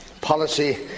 policy